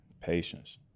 Patience